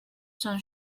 don